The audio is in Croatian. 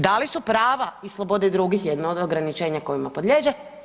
Da li su prava i slobode drugih jedno od ograničenja kojima podliježe?